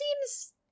seems